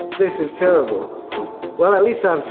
this is terrible well at least i